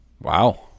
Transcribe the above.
Wow